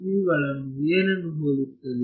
ಇವುಗಳು ಏನನ್ನು ಹೋಲುತ್ತವೆ